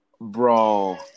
Bro